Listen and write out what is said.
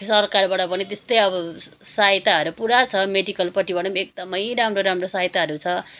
सरकारबाट पनि त्यस्तै अब सहायताहरू पुरा छ मेडिकलपट्टिबाट नि एकदमै राम्रो राम्रो सहायताहरू छ